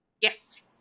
Yes